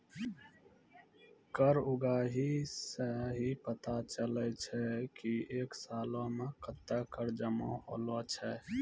कर उगाही सं ही पता चलै छै की एक सालो मे कत्ते कर जमा होलो छै